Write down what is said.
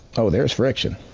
oh, there was friction,